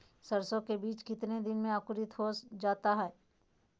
सरसो के बीज कितने दिन में अंकुरीत हो जा हाय?